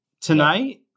tonight